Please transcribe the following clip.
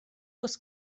was